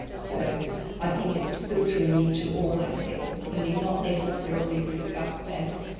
so i think it's filtering in to all aspects of learning, not necessarily discussed as,